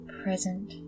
present